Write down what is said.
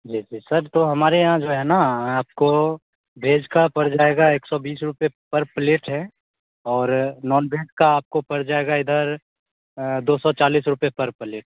जैसे सर तो हमारे यहाँ जो है ना आपको भेज का पड़ जाएगा एक सौ बीस रुपये पर प्लेट है और नॉन भेज का आपको पर जाएगा इधर दो सौ चालीस रुपये पर प्लेट